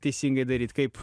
teisingai daryt kaip